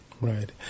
Right